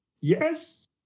Yes